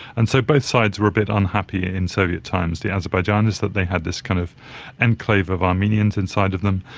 and so both sides were a bit unhappy in soviet times the azerbaijanis that they had this kind of enclave of armenians inside of them,